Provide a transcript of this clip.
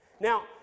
Now